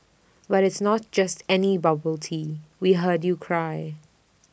but it's not just any bubble tea we heard you cry